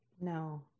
No